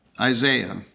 Isaiah